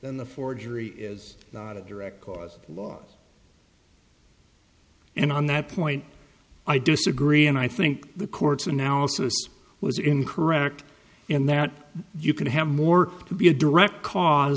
then the forgery is not a direct cause law and on that point i disagree and i think the court's analysis was incorrect in that you can have more to be a direct cause